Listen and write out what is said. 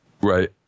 Right